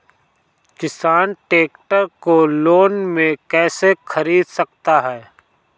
किसान ट्रैक्टर को लोन में कैसे ख़रीद सकता है?